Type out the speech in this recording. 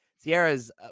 Sierra's